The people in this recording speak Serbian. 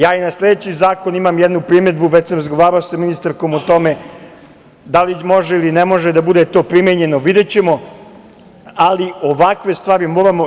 Ja i na sledeći zakon imam jednu primedbu, već sam razgovarao sa ministarkom o tome da li može ili ne može da bude to primenjeno, videćemo, ali ovakve stvari moramo…